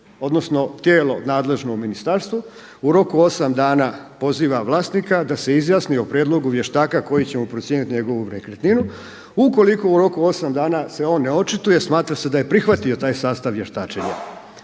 odnosno tijelo nadležno u ministarstvu u roku 8 dana poziva vlasnika da se izjasni o prijedlogu vještaka koji će mu procijeniti njegovu nekretninu ukoliko u roku od 8 dana se on ne očituje, smatra se da je prihvatio taj sastav vještačenja.